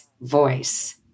voice